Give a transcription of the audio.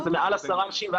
שזה מעל עשרה אנשים,